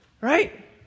right